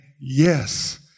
yes